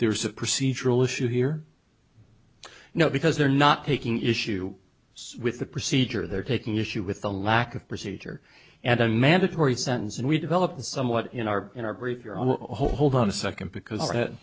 there's a procedural issue here you know because they're not taking issue with the procedure they're taking issue with the lack of procedure and a mandatory sentence and we developed somewhat in our in our brief you're on hold on a second because that